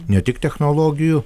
ne tik technologijų